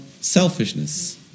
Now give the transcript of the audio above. selfishness